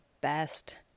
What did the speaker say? best